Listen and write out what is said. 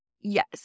Yes